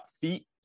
feet